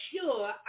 sure